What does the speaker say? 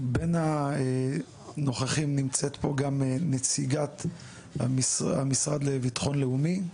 בין הנוכחים נמצאת פה גם נציגת המשרד לביטחון לאומי.